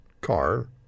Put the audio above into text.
car